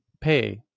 pay